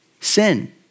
sin